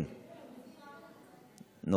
אינו נוכח,